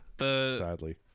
sadly